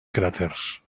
cràters